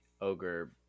Ogre